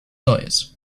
neues